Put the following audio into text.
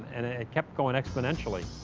and it kept going exponentially.